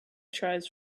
tries